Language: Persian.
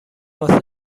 واسه